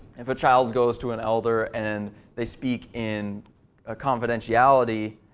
if a child goes to an elder and they speak in a confidentiality,